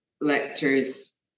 lectures